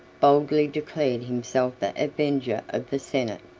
boldly declared himself the avenger of the senate.